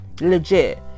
legit